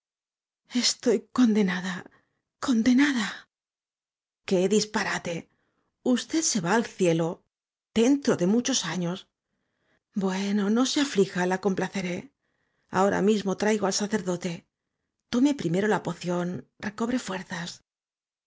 estoy condenada condenada qué disparate usted se va al cielo dentro de muchos años bueno no se aflija la complaceré ahora mismo traigo al sacerdote tome primero la poción recobre fuerzas